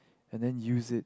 and then use it